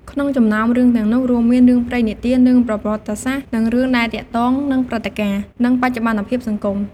ក្នុងចំណោមរឿងទាំងនោះរួមមាន រឿងព្រេងនិទាន រឿងប្រវត្តិសាស្ត្រ និងរឿងដែលទាក់ទងនឹងព្រឹត្តិការណ៍ និងបច្ចុប្បន្នភាពសង្គម ។